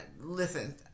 listen